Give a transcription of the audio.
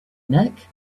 nick